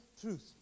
truth